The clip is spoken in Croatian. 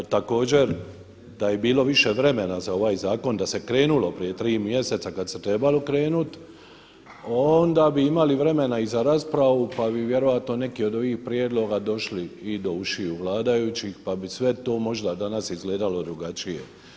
Također da je bilo više vremena za ovaj zakon da se krenulo prije tri mjeseca kad se trebalo krenut onda bi imali vremena i za raspravu pa bi vjerojatno neki od ovih prijedloga došli i do ušiju vladajućih, pa bi sve to možda danas izgledalo drugačije.